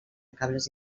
cables